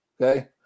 Okay